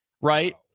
Right